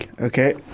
Okay